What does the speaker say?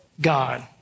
God